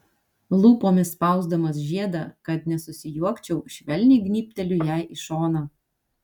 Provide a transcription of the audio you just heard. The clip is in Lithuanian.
lūpomis spausdamas žiedą kad nesusijuokčiau švelniai gnybteliu jai į šoną